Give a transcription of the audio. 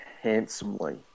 handsomely